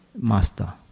master